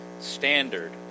standard